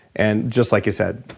and, just like you said,